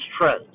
trends